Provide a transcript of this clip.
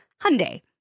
Hyundai